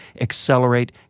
accelerate